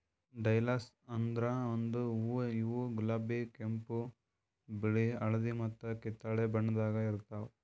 dahlias ಅಂದುರ್ ಒಂದು ಹೂವು ಇವು ಗುಲಾಬಿ, ಕೆಂಪು, ಬಿಳಿ, ಹಳದಿ ಮತ್ತ ಕಿತ್ತಳೆ ಬಣ್ಣದಾಗ್ ಇರ್ತಾವ್